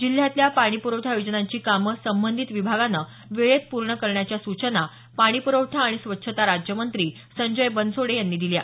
जिल्ह्यातल्या पाणीप्रवठा योजनांची कामं संबंधीत विभागानं वेळेत पूर्ण करण्याच्या सूचना पाणी प्रवठा आणि स्वच्छता राज्यमंत्री संजय बनसोडे यांनी दिल्या आहेत